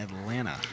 Atlanta